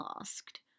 asked